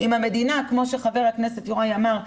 אם כמו שחבר הכנסת יוראי אמר,